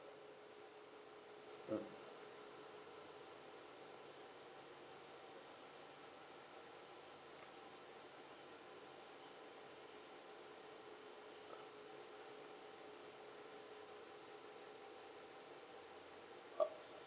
mm uh